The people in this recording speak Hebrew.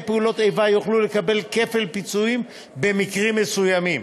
פעולות איבה יוכלו לקבל כפל פיצויים במקרים מסוימים.